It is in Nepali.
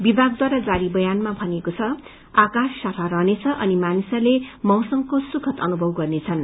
विभागद्वारा जारी बयानमा भनिएको छ अकाश सफा रहनेछ अनि मानिसहरूले मौसमको सुखद अनुभव गर्नेछन्